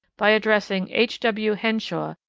by addressing h. w. henshaw,